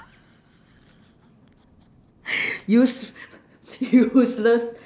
use~ useless